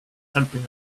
helping